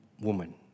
woman